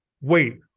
wait